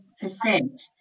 percent